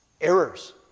errors